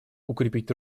укрепить